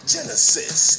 Genesis